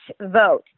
vote